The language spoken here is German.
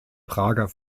prager